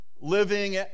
living